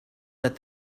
that